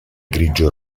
grigio